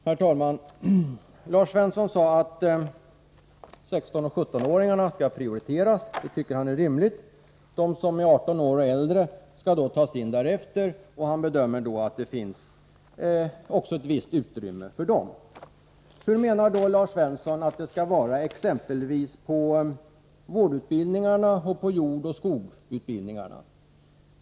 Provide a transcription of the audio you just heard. Herr talman! Lars Svensson sade att han tycker att det är rimligt att 16-17-åringarna skall prioriteras. De som är 18 år och äldre skall tas in därefter, och Lars Svensson bedömer att det också finns ett visst utrymme för dem. Hur menar då Lars Svensson att det skall vara exempelvis i vårdutbildningarna och jordoch skogsutbildningarna?